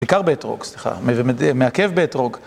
בעיקר באתרוג, סליחה, ומעכב באתרוג.